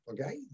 Okay